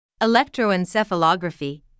Electroencephalography